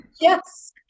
yes